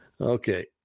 Okay